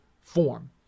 form